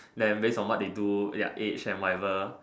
then based on what they do ya age and whatever